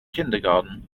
kindergarten